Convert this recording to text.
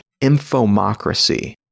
Infomocracy